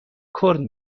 کورن